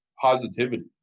positivity